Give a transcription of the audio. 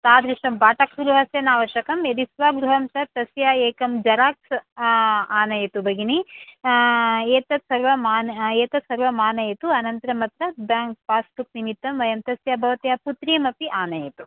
तादृशं भाटकगृहस्य न आवश्यकं यदि स्वगृहं स्यात् तस्य एकं जराक्स् आनयतु भगिनि एतत् सर्वम् आनय एतत् सर्वम् आनयतु अनन्तरम् अत्र बेङ्क् पास्बुक् निमित्तं वयं तस्य भवत्याः पुत्रीमपि आनयतु